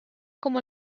como